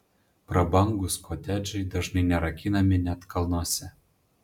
prabangūs kotedžai dažnai nerakinami net kalnuose